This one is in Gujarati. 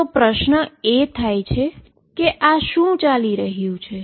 તો તમને પ્રશ્ન એ થાય કે આ શું ચાલી રહ્યું છે